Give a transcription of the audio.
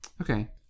okay